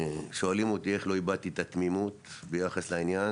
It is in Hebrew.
שואלים אולי איך לא איבדתי את התמימות ביחס לעניין,